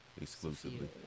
exclusively